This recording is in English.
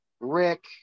Rick